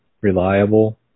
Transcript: reliable